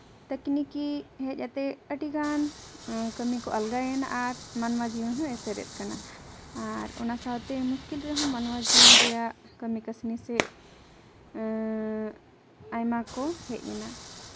ᱛᱟᱠᱷᱱᱤ ᱦᱮᱡ ᱠᱟᱛᱮᱫ ᱟᱹᱰᱤᱜᱟᱱ ᱠᱟᱹᱢᱤ ᱠᱚ ᱟᱞᱜᱟᱭᱮᱱᱟ ᱟᱨ ᱢᱟᱱᱣᱟ ᱡᱤᱭᱚᱱ ᱦᱚᱭ ᱮᱥᱮᱨᱮᱫ ᱠᱟᱱᱟ ᱟᱨ ᱚᱱᱟ ᱥᱟᱶᱛᱮ ᱢᱩᱥᱠᱤᱞ ᱨᱮᱦᱚᱸ ᱢᱟᱱᱣᱟ ᱡᱤᱭᱚᱱ ᱨᱮᱭᱟᱜ ᱠᱟᱹᱢᱤ ᱠᱟᱹᱥᱱᱤ ᱥᱮ ᱟᱭᱢᱟ ᱠᱚ ᱦᱮᱡ ᱮᱱᱟ